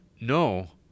no